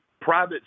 private